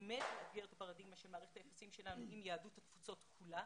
באמת להגביר את הפרדיגמה של מערכת היחסים שלנו עם יהדות התפוצות כולה,